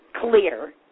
clear